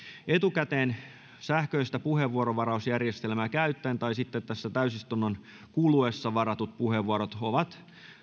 etukäteen sähköistä puheenvuorovarausjärjestelmää käyttäen tai sitten täysistunnon kuluessa varatut puheenvuorot ovat